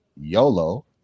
YOLO